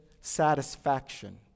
satisfaction